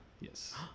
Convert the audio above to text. Yes